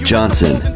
Johnson